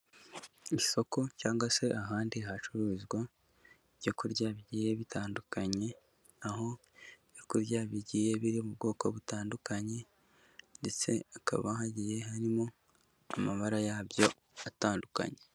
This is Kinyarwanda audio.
Isoko cyangwa se ahandi hacuruzwa ibyo kurya bigiye bitandukanye ho ibyoku kurya bigiye biri mu bwoko butandukanye ndetse hakaba hagiye harimo amabara yabyo atandukanye.